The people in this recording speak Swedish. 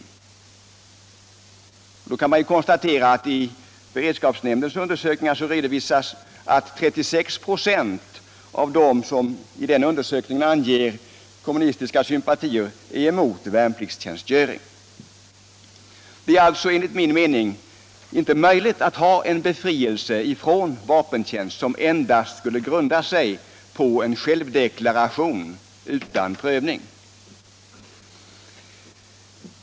I det sammanhanget kan man konstatera att i beredskapsnämndens undersökningar redovisas att 36 96 av dem som anger kommunistiska sympatier är emot värnpliktstjänstgöring. Det är alltså, enligt min mening, inte möjligt att ha en befrielse från vapentjänst som skulle grunda sig på en självdeklaration utan prövning.